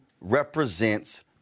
represents